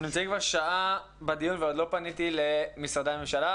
אנחנו נמצאים כבר שעה בדיון ועוד לא פניתי למשרדי הממשלה,